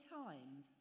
times